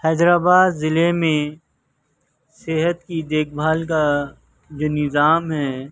حیدرآباد ضلع میں صحت کی دیکھ بھال کا جو نظام ہے